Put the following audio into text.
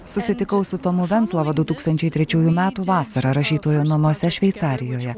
susitikau su tomu venclova du tūkstančiai trečiųjų metų vasarą rašytojų namuose šveicarijoje